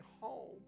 home